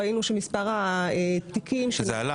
ראינו שמספר התיקים -- זה עלה.